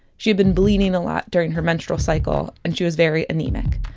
she had been bleeding a lot during her menstrual cycle and she was very anemic.